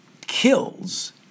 kills